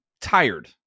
tired